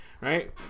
right